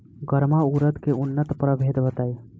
गर्मा उरद के उन्नत प्रभेद बताई?